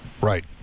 Right